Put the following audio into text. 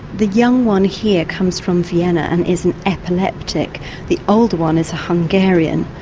the young one here comes from vienna and is an epileptic the older one is a hungarian,